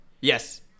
yes